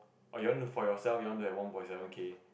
or you want to for yourself you want to have one point seven K